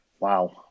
Wow